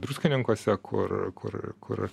druskininkuose kur kur kur